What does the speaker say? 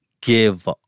give